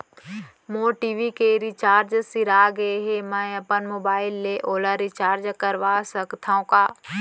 मोर TV के recharge सिरा गे हे, मैं अपन मोबाइल ले ओला रिचार्ज करा सकथव का?